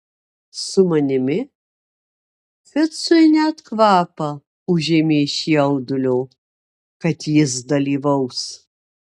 su manimi ficui net kvapą užėmė iš jaudulio kad jis dalyvaus